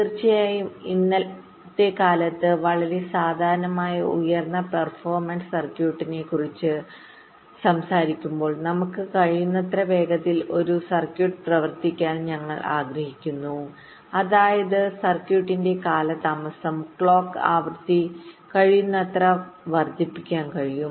തീർച്ചയായും ഇന്നത്തെക്കാലത്ത് വളരെ സാധാരണമായ ഉയർന്ന പെർഫോമൻസ് സർക്യൂട്ടിനെക്കുറിച്ച് സംസാരിക്കുമ്പോൾ നമുക്ക് കഴിയുന്നത്ര വേഗത്തിൽ ഒരു സർക്യൂട്ട് പ്രവർത്തിപ്പിക്കാൻ ഞങ്ങൾ ആഗ്രഹിക്കുന്നു അതായത് സർക്യൂട്ടിന്റെ കാലതാമസം ക്ലോക്ക് ആവൃത്തി കഴിയുന്നത്ര വർദ്ധിപ്പിക്കാൻ കഴിയും